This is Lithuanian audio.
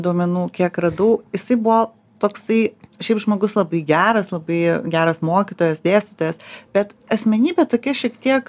duomenų kiek radau jisai buvo toksai šiaip žmogus labai geras labai geras mokytojas dėstytojas bet asmenybė tokia šiek tiek